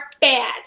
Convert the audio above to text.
bad